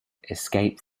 escape